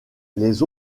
les